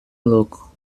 loco